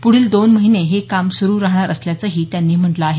पुढील दोन महिने हे काम सुरू रहाणार असल्याचंही त्यांनी म्हटलं आहे